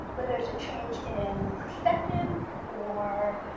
where there is a change in perspective or